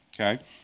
Okay